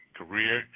career